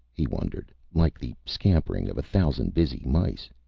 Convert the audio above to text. he wondered like the scampering of a thousand busy mice.